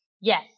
yes